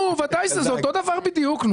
זה אותו דבר בדיוק.